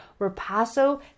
ripasso